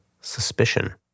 suspicion